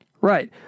Right